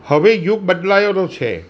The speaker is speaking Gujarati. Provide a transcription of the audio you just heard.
હવે યુગ બદલાયેલો છે